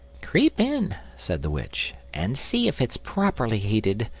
creep in, said the witch, and see if it's properly heated,